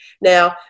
Now